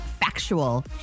Factual